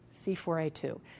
C4A2